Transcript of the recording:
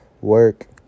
work